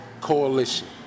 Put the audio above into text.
Coalition